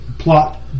plot